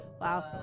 Wow